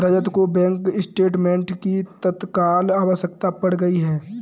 रजत को bank statement की तत्काल आवश्यकता पड़ गई है